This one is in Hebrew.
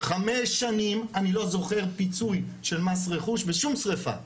חמש שנים אני לא זוכר פיצוי של מס רכוש בשום שריפה.